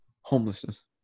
homelessness